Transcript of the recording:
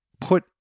put